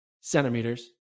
centimeters